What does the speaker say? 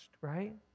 right